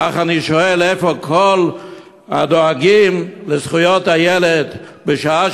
אך אני שואל: איפה כל הדואגים לזכויות הילד בשעה